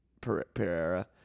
Pereira